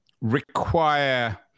require